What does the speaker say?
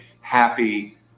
happy